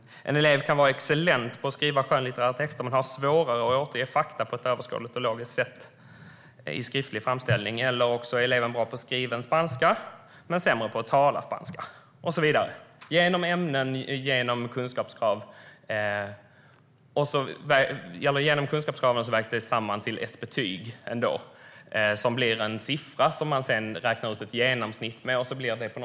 En elev kan vara excellent på att skriva skönlitterära texter men ha svårare att återge fakta på ett överskådligt och logiskt sätt i skriftlig framställning, och en elev kan vara bra på att skriva spanska men sämre på att tala spanska och så vidare. Genom kunskapskraven vägs detta ändå samman till ett betyg som blir en siffra som man sedan använder för att räkna ut ett genomsnitt.